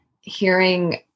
hearing